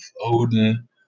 Odin